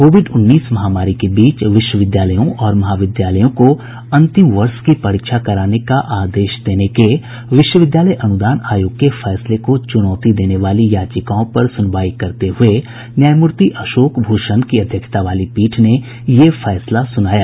Covid उन्नीस महामारी के बीच विश्वविद्यालयों और महाविद्यालयों को अंतिम वर्ष की परीक्षा कराने का आदेश देने के विश्वविद्यालय अनुदान आयोग के फैसले को चुनौती देने वाली याचिकाओं पर सुनवाई करते हुए न्यायमूर्ति अशोक भूषण की अध्यक्षता वाली पीठ ने ये फैसला सूनाया